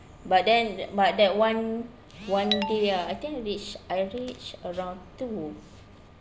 but then that but that one one day ah I think reach I reached around two